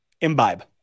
Imbibe